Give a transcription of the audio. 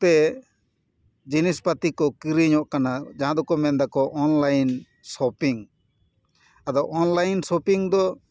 ᱛᱮ ᱡᱤᱱᱤᱥ ᱯᱟᱛᱤ ᱠᱚ ᱠᱤᱨᱤᱧᱚᱜ ᱠᱟᱱᱟ ᱡᱟᱦᱟᱸ ᱫᱚᱠᱚ ᱢᱮᱱ ᱮᱫᱟᱠᱚ ᱚᱱᱞᱟᱭᱤᱱ ᱥᱚᱯᱤᱝ ᱟᱫᱚ ᱚᱱᱞᱟᱭᱤᱱ ᱥᱚᱯᱤᱝ ᱫᱚ